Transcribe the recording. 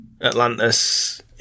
Atlantis